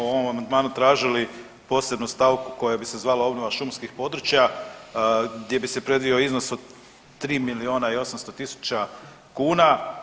Evo mi smo u ovom amandmanu tražili posebnu stavku koja bi se zvala obnova šumskih područja gdje bi se predvidio iznos od 3 miliona i 800 tisuća kuna.